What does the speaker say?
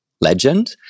legend